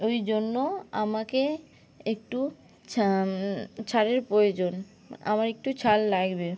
ওই জন্য আমাকে একটু ছাড়ের প্রয়োজন আমার একটু ছাড় লাগবে